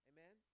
Amen